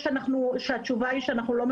ליאור ברק,